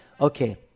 Okay